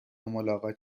ملاقات